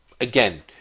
again